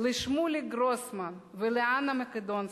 שמוליק גרוסמן ואנה מקדונסקי,